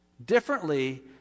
Differently